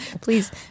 Please